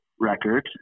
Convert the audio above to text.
record